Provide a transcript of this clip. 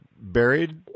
buried